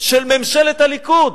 של ממשלת הליכוד,